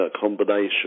Combination